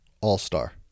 All-star